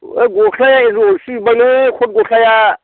ओइ गस्लाया एन्जर अरसि जोबबायलै कट गस्लाया